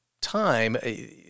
time